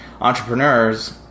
Entrepreneurs